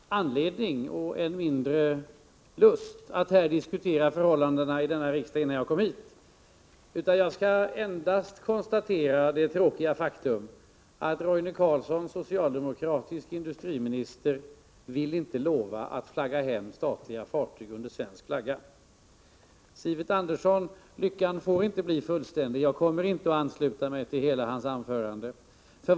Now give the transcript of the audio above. Herr talman! Jag har ingen anledning och än mindre lust att här diskutera förhållandena i denna riksdag såsom de var innan jag kom hit. Jag skall endast konstatera det tråkiga faktum att Roine Carlsson, socialdemokratisk industriminister, inte vill lova att flagga hem statliga fartyg under svensk flagg. Lyckan får inte bli fullständig, Sivert Andersson! Jag kommer inte att ansluta mig till hela Sivert Anderssons anförande.